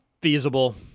feasible